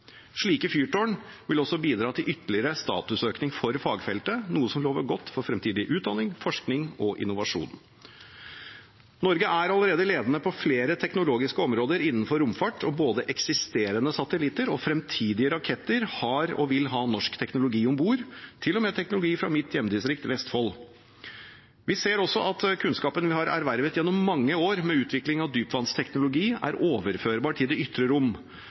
Slike fyrtårn vil også bidra til ytterligere statusøkning for fagfeltet, noe som lover godt for fremtidig utdanning, forskning og innovasjon. Norge er allerede ledende på flere teknologiske områder innenfor romfart, og både eksisterende satellitter og fremtidige raketter har og vil ha norsk teknologi om bord, til og med teknologi fra mitt hjemdistrikt, Vestfold. Vi ser også at kunnskapen vi har ervervet gjennom mange år med utviklingen av dypvannsteknologi, er overførbar til det